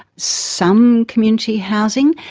some community housing.